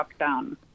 lockdown